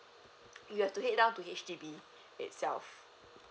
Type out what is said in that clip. ya have to head down to H_D_B itself